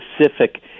specific